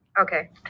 Okay